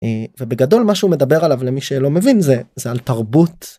בגדול מה שהוא מדבר עליו למי שלא מבין זה זה על תרבות.